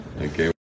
Okay